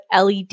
led